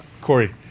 Corey